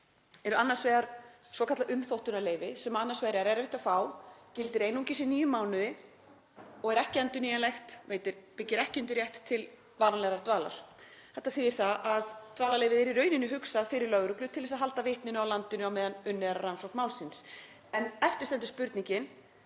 eru annars vegar svokallað umþóttunarleyfi sem er erfitt að fá, gildir einungis í níu mánuði og er ekki endurnýjanlegt, byggir ekki undir rétt til varanlegrar dvalar. Þetta þýðir að dvalarleyfið er í rauninni hugsað fyrir lögreglu til þess að halda vitninu á landinu á meðan unnið er að rannsókn málsins. En eftir stendur spurningin: